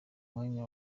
mwanya